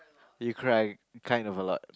you cry kind of a lot